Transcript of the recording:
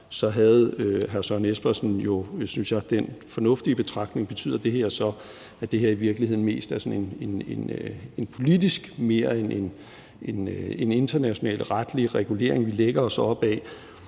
Så havde hr. Søren Espersen jo den, synes jeg, fornuftige betragtning, om det så betyder, at det her i virkeligheden mest er sådan en politisk mere end en international retlig regulering, vi lægger os op ad.